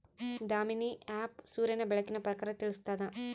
Damini app ಸೂರ್ಯನ ಬೆಳಕಿನ ಪ್ರಖರತೆ ತಿಳಿಸ್ತಾದ